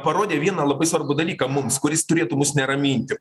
parodė vieną labai svarbų dalyką mums kuris turėtų mus neraminti